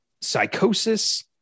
psychosis